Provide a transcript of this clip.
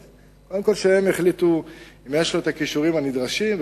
קודם כול שהם יחליטו אם יש לו הכישורים הנדרשים,